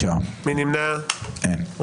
9 נמנעים, אין לא אושרה.